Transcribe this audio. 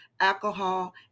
alcohol